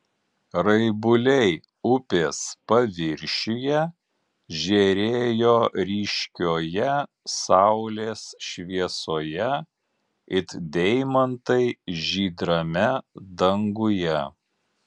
raibuliai upės paviršiuje žėrėjo ryškioje saulės šviesoje it deimantai žydrame danguje